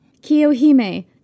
Kiyohime